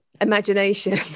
imagination